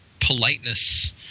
Politeness